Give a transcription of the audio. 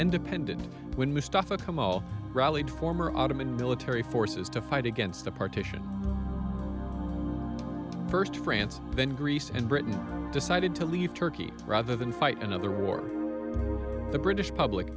all rallied former ottoman military forces to fight against the partition first france then greece and britain decided to leave turkey rather than fight another war the british public